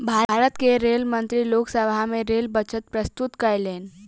भारत के रेल मंत्री लोक सभा में रेल बजट प्रस्तुत कयलैन